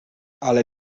ale